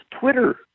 Twitter